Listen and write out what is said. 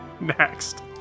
Next